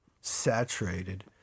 saturated